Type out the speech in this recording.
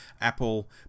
Apple